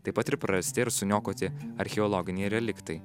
taip pat ir prarasti ir suniokoti archeologiniai reliktai